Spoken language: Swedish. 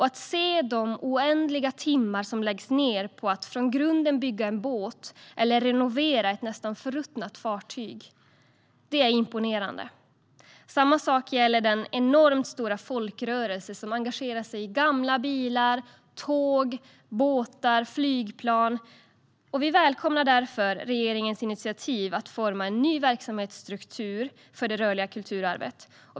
Att se de oändliga timmar som läggs ned på att från grunden bygga en båt eller renovera ett nästan förruttnat fartyg är imponerande. Samma sak gäller den enormt stora folkrörelse som engagerar sig i gamla bilar, tåg, båtar eller flygplan. Vi välkomnar därför regeringens initiativ att forma en ny verksamhetsstruktur för det rörliga kulturarvet.